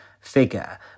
figure